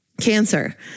cancer